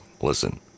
Listen